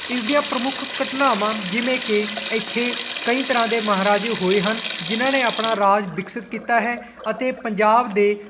ਇਸ ਦੀਆਂ ਪ੍ਰਮੁੱਖ ਘਟਨਾਵਾਂ ਜਿਵੇਂ ਕਿ ਇੱਥੇ ਕਈ ਤਰ੍ਹਾਂ ਦੇ ਮਹਾਰਾਜੇ ਹੋਏ ਹਨ ਜਿਨ੍ਹਾਂ ਨੇ ਆਪਣਾ ਰਾਜ ਵਿਕਸਿਤ ਕੀਤਾ ਹੈ ਅਤੇ ਪੰਜਾਬ ਦੇ